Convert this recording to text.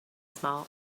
small